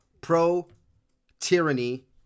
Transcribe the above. pro-tyranny